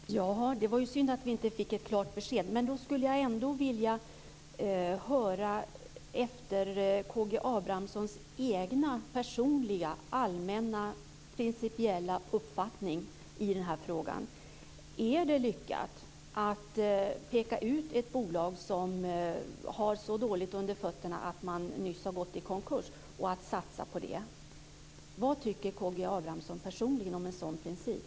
Fru talman! Det var synd att vi inte fick ett klart besked. Men jag skulle ändå vilja höra Karl Gustav Abramssons personliga och allmänna principiella uppfattning i den här frågan. Är det lyckat att peka ut ett bolag som har så dåligt under fötterna att det nyss har gått i konkurs och att satsa på det? Vad tycker Karl Gustav Abramsson personligen om en sådan princip?